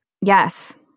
Yes